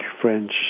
French